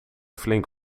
flink